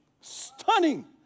Stunning